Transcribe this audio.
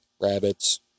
rabbits